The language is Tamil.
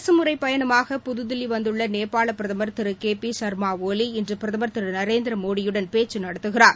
அரசுமுறை பயணமாக புதுதில்லி வந்துள்ள நேபாள பிரதமர் திரு கே பி சர்மா ஒலி இன்று பிரதமர் திரு நரேந்திரமோடியுடன் பேச்சு நடத்துகிறார்